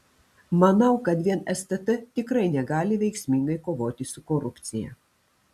manau kad vien stt tikrai negali veiksmingai kovoti su korupcija